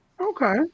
Okay